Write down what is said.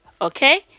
Okay